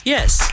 Yes